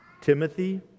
Timothy